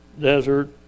desert